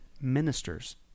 ministers